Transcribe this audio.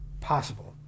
possible